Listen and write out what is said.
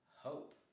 hope